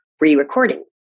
re-recording